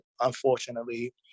unfortunately